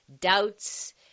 doubts